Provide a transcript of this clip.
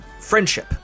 friendship